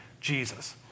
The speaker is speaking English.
Jesus